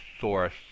source